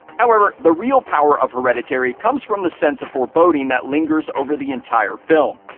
however, the real power of hereditary comes from the sense of foreboding that lingers over the entire film.